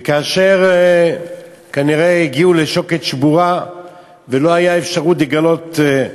וכאשר כנראה הגיעו לשוקת שבורה ולא הייתה אפשרות לגלות אם